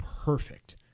Perfect